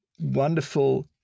wonderful